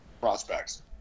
Prospects